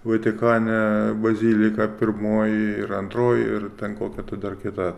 vatikane bazilika pirmoji ir antroji ir ten kokią tu dar kitą